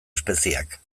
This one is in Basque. espezieak